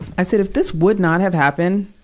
i said, if this would not have happened,